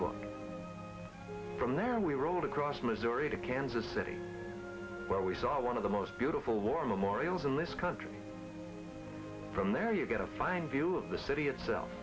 book from there we rode across missouri to kansas city where we saw one of the most beautiful war memorials in this country from there you get a fine view of the city itself